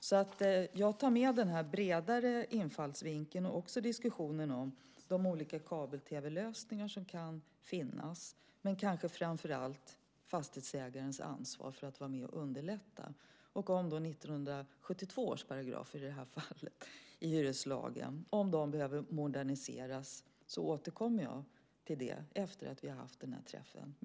Jag tar med mig den här bredare infallsvinkeln och diskussionen om de olika kabel-tv-lösningar som kan finnas, och kanske framför allt fastighetsägarens ansvar för att vara med och underlätta. Om 1972 års paragrafer i hyreslagen behöver moderniseras återkommer jag efter träffen.